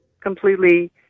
completely